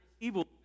evil